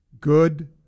Good